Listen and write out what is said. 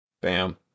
bam